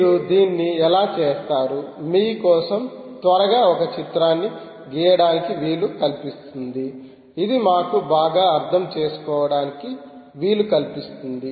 మీరు దీన్ని ఎలా చేస్తారు మీ కోసం త్వరగా ఒక చిత్రాన్ని గీయడానికి వీలు కల్పిస్తుంది ఇది మాకు బాగా అర్థం చేసుకోవడానికి వీలు కల్పిస్తుంది